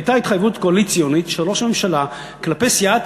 הייתה התחייבות קואליציונית של ראש הממשלה כלפי סיעת